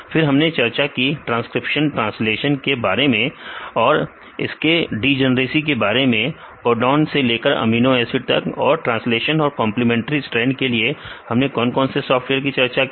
फिर हमने चर्चा की ट्रांसक्रिप्शन ट्रांसलेशन के बारे में और इसके डिजनरेसी के बारे में कोडॉन से लेकर अमीनो एसिड तक और ट्रांसलेशन और कंप्लीमेंट्री स्ट्रैंड के लिए हमने कौन से सॉफ्टवेयर की चर्चा की